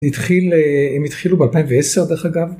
התחיל הם התחילו ב 2010 דרך אגב.